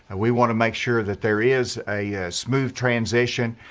and we want to make sure that there is a smooth transition,